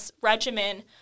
regimen